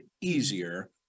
easier